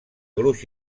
gruix